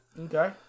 Okay